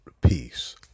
Peace